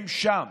הם שם,